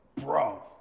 bro